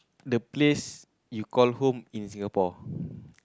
the place you call home in Singapore